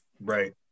Right